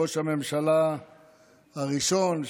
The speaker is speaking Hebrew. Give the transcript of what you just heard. ראש הממשלה הראשון,